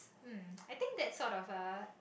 um I think that sort of uh